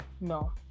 no